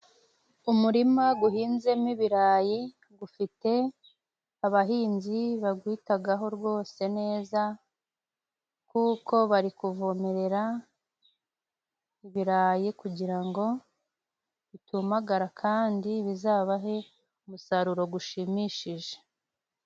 Umurima gwuhinzemo ibirayi gwufite abahinzi bagwitagaho rwose neza, kuko bari kuvomerera ibirayi kugira ngo bitumagara kandi bizabahe umusaruro gwushimishije.